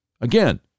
again